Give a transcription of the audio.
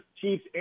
Chiefs